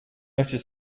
notice